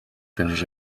pels